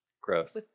Gross